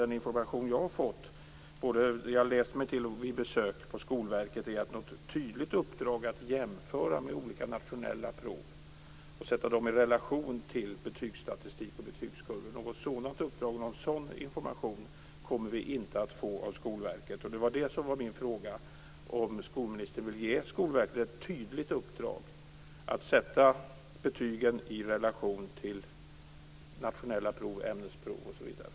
Det jag har läst mig till och fått veta vid besök på Skolverket är att vi inte kommer att få någon information från Skolverket om olika nationella prov i relation till betygsstatistik och betygskurvor. Det finns inte något sådant tydligt uppdrag. Min fråga var om skolministern vill ge Skolverket ett tydligt uppdrag att sätta betygen i relation till nationella prov, ämnesprov osv.